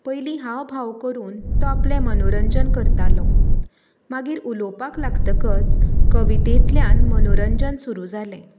पयलीं हाव भाव करून तो आपलें मनोरंजन करतालो मागीर उलोवपाक लागतकच कवितेंतल्यान मनोरंजन सुरूं जालें